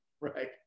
Right